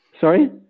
Sorry